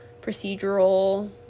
procedural